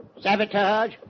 Sabotage